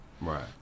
Right